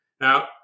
Now